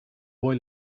boy